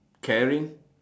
caring